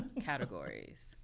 Categories